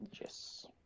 Yes